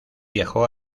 viajó